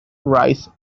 rice